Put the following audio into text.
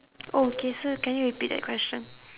okay sir can you repeat that question